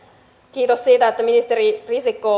kiitos siitä että ministeri risikko